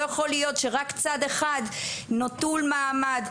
לא יכול להיות שרק צד אחד נטול מעמד.